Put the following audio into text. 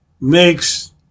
makes